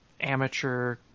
amateur